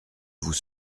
vous